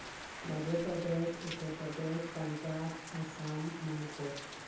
Madhya Pradesh Uttar Pradesh Punjab Assam Manipur